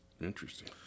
Interesting